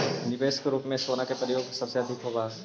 निवेश के रूप में सोना के प्रयोग सबसे अधिक होवऽ हई